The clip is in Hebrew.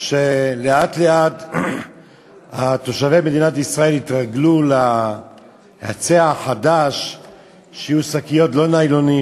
שלאט-לאט תושבי מדינת ישראל יתרגלו להיצע החדש של שקיות לא מניילון,